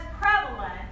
prevalent